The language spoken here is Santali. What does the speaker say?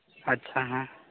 ᱟᱪᱪᱷᱟ ᱦᱮᱸ